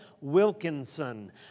Wilkinson